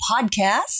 podcast